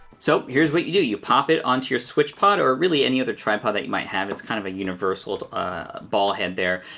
so, here's what you do. you pop it onto your switchpod, or really any other tripod that you might have, it's kind of a universal ah ball head there,